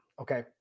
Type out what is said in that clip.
okay